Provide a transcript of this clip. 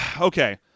okay